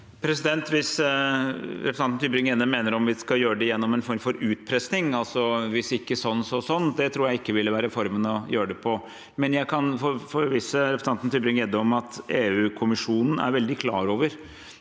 Hvis representanten Tybring-Gjedde mener vi skal gjøre det gjennom en form for utpressing – altså: hvis ikke sånn, så sånn – tror jeg ikke det ville være måten å gjøre det på. Men jeg kan forvisse representanten TybringGjedde om at EU-kommisjonen er veldig klar over